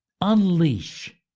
unleash